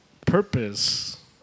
purpose